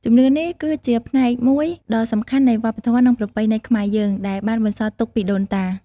ជំនឿនេះគឺជាផ្នែកមួយដ៏សំខាន់នៃវប្បធម៌ និងប្រពៃណីខ្មែរយើង ដែលបានបន្សល់ទុកពីដូនតា។